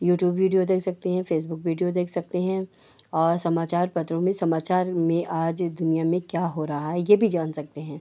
YouTube video देख सकते हैं फ़ेसबुक वीडियो देख सकते हैं और समाचार पत्रों में समाचार में आज दुनिया में क्या हो रहा है यह भी जान सकते हैं